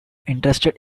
interested